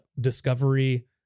Discovery